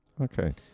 Okay